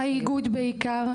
ט': האיגוד בעיקר,